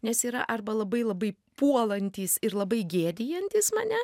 nes yra arba labai labai puolantys ir labai gėdijantys mane